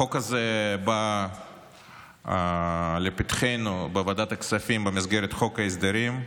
החוק הזה בא לפתחנו בוועדת הכספים במסגרת חוק ההסדרים,